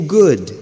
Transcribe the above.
good